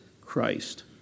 Christ